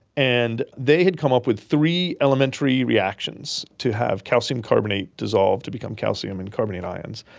and they had come up with three elementary reactions to have calcium carbonate dissolve to become calcium and carbonate ions.